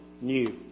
new